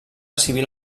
civil